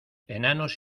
enanos